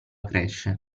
cresce